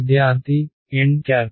విద్యార్థి end cap